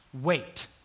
wait